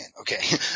Okay